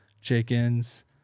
chickens